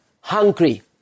hungry